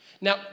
Now